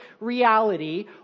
reality